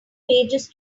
pages